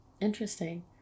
Interesting